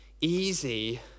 easy